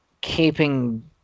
keeping